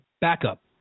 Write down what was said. backup